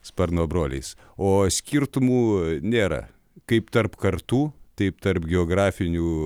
sparno broliais o skirtumų nėra kaip tarp kartų taip tarp geografinių